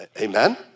amen